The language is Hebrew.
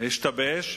השתבש